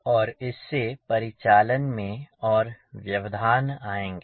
और इससे परिचालन में और व्यवधान आएँगे